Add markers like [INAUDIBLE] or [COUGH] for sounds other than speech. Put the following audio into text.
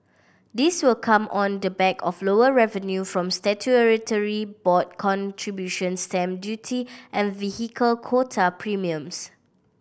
this will come on the back of lower revenue from [UNINTELLIGIBLE] board contributions stamp duty and vehicle quota premiums